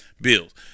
Bills